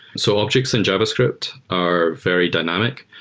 so objects in javascript are very dynamic.